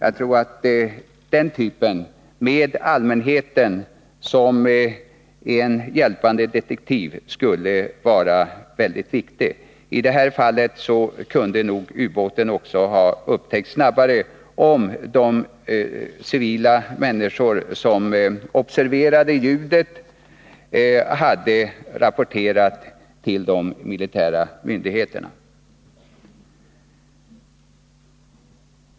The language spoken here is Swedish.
En sådan beredskap, med allmänheten som en hjälpande detektiv, skulle vara mycket viktig. I det aktuella fallet kunde nog ubåten ha upptäckts snabbare, om de civila människor som observerade ljudet från denna hade rapporterat detta till de militära myndigheterna.